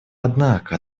однако